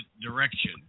direction